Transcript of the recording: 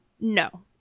No